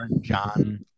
John